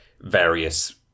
various